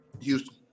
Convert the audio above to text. Houston